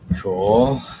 Cool